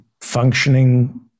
functioning